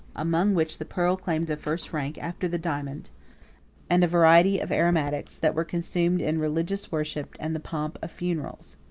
among which the pearl claimed the first rank after the diamond and a variety of aromatics, that were consumed in religious worship and the pomp of funerals.